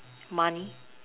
money